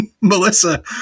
Melissa